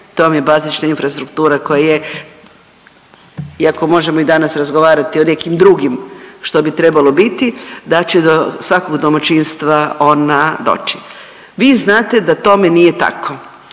vam je bazična infrastruktura koja je iako možemo i danas razgovarati o nekim drugim što bi trebalo biti, da će do svakog domaćinstva ona doći. Vi znate da tome nije tako.